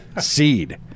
Seed